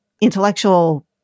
intellectual